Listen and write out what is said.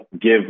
give